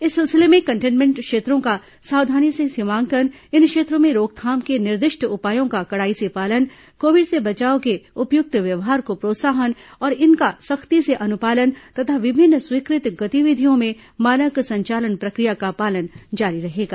इस सिलसिले में कंटेनमेंट क्षेत्रों का सावधानी से सीमांकन इन क्षेत्रों में रोकथाम के निर्दिष्ट उपायों का कड़ाई से पालन कोविड से बचाव के उपयुक्त व्यवहार को प्रोत्साहन और इनका सख्ती से अनुपालन तथा विभिन्न स्वीकृत गतिविधियों में मानक संचालन प्रक्रिया का पालन जारी रहेगा